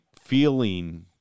feeling